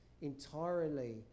entirely